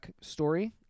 story